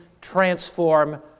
transform